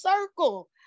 circle